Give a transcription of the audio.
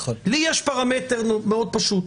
לי יש פרמטר מאוד פשוט.